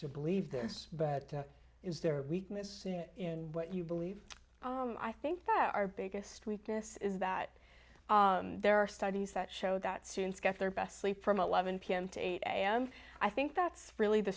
to believe there but is there weakness in what you believe i think that our biggest weakness is that there are studies that show that students get their best sleep from eleven pm to eight am i think that's really the